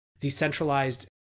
decentralized